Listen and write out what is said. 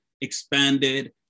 expanded